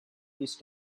used